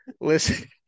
Listen